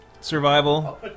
survival